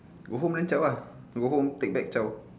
go home then chao ah go home take bag chao